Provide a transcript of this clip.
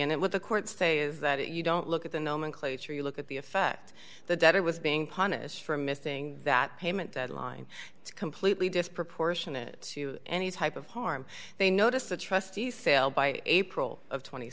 and it will the court say is that you don't look at the nomenclature you look at the effect the debtor was being punished for missing that payment deadline it's completely disproportionate to any type of harm they notice the trustee sale by april of tw